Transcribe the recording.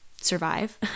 survive